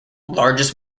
largest